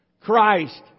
Christ